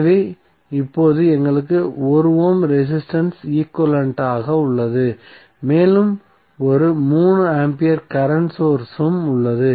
எனவே இப்போது எங்களுக்கு 1 ஓம் ரெசிஸ்டன்ஸ் ஈக்விவலெண்ட் ஆக உள்ளது மேலும் ஒரு 3 ஆம்பியர் கரண்ட் சோர்ஸ் உம் உள்ளது